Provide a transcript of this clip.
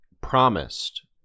promised